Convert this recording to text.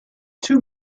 two